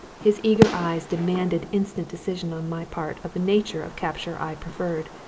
his eager eyes demanded instant decision on my part of the nature of capture i preferred.